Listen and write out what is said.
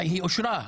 היא אושרה.